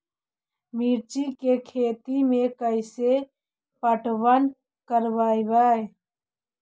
मिर्ची के खेति में कैसे पटवन करवय?